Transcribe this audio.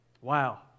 Wow